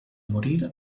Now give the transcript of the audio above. morir